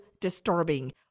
disturbing